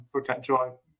potential